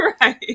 right